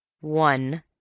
One